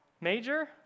major